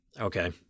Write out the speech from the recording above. okay